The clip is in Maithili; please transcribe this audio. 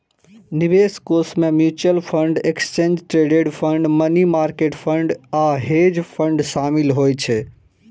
निवेश कोष मे mutual fund, exchange traded fund, money market fund आ हेज फंड शामिल होइ छै